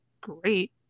great